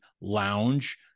lounge